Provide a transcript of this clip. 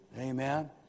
Amen